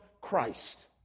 Christ